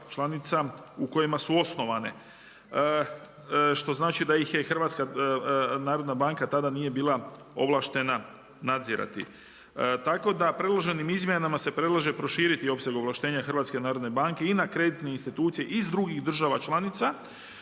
u kojima su osnovane, što znači da HNB tada nije bila ovlaštena nadzirati. Tako da predloženim izmjenama se predlaže proširiti opseg ovlaštenja HNB-a i na kreditne institucije iz drugih država članica